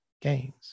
gains